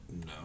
No